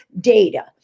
data